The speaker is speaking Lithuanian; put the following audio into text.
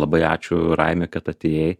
labai ačiū raimiui kad atėjai